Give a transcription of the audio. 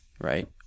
right